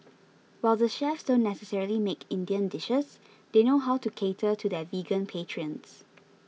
while the chefs don't necessarily make Indian dishes they know how to cater to their vegan patrons